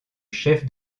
chef